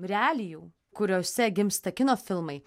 realijų kuriose gimsta kino filmai